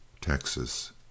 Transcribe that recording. Texas